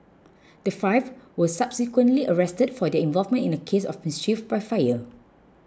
the five were subsequently arrested for their involvement in a case of mischief by fire